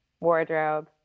wardrobe